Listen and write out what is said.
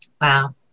Wow